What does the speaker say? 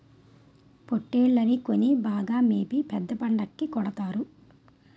పోట్టేల్లని కొని బాగా మేపి పెద్ద పండక్కి కొడతారు